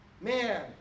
Man